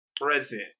present